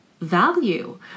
value